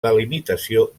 delimitació